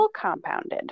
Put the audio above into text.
compounded